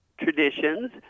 traditions